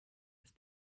ist